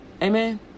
Amen